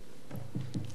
עמוקות,